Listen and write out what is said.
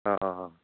ꯑꯥ ꯑꯥ ꯑꯥ